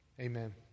Amen